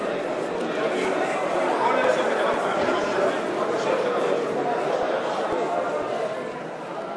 על רצונה להחיל דין רציפות על הצעת חוק חסיון חומר מודיעיני (תיקוני